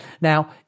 Now